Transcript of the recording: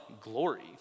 glory